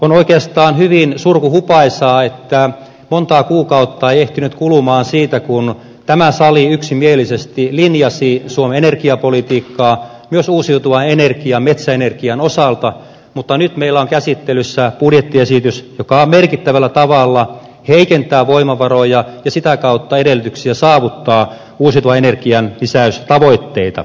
on oikeastaan hyvin surkuhupaisaa että montaa kuukautta ei ehtinyt kulua siitä kun tämä sali yksimielisesti linjasi suomen energiapolitiikkaa myös uusiutuvan energian metsäenergian osalta mutta nyt meillä on käsittelyssä budjettiesitys joka merkittävällä tavalla heikentää voimavaroja ja sitä kautta edellytyksiä saavuttaa uusiutuvan energian lisäystavoitteita